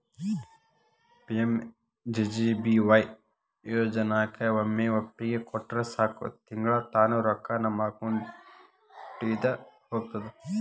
PMJJBY ಯೋಜನಾಕ ಒಮ್ಮೆ ಒಪ್ಪಿಗೆ ಕೊಟ್ರ ಸಾಕು ತಿಂಗಳಾ ತಾನ ರೊಕ್ಕಾ ನಮ್ಮ ಅಕೌಂಟಿದ ಹೋಗ್ತದ